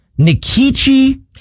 Nikichi